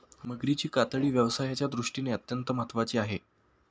मगरीची कातडी व्यवसायाच्या दृष्टीने अत्यंत महत्त्वाची आहे